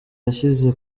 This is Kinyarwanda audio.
yashyize